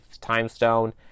Timestone